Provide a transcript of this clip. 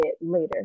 later